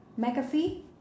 McAfee